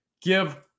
Give